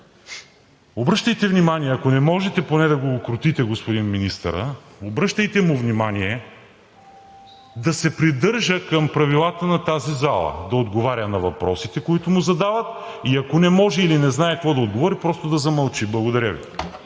обръщайте внимание, ако не можете поне да укротите господин Министъра, обръщайте му внимание да се придържа към правилата на тази зала, да отговаря на въпросите, които му задават, и ако не може или не знае какво да отговори, просто да замълчи. ПРЕДСЕДАТЕЛ